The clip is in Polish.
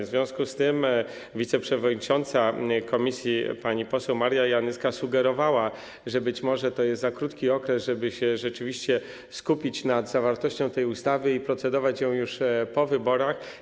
W związku z tym wiceprzewodnicząca komisji pani poseł Maria Janyska sugerowała, że być może to jest za krótki okres, żeby rzeczywiście skupić się na zawartości tej ustawy, i żeby procedować nad nią już po wyborach.